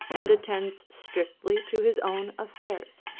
and attends strictly to his own affairs.